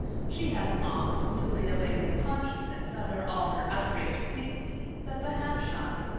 she had an odd, newly awakened consciousness under all her outraged dignity that the half-shy,